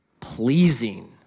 pleasing